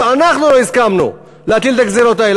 אנחנו לא הסכמנו להטיל את הגזירות האלה,